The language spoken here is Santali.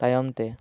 ᱛᱟᱭᱚᱢ ᱛᱮ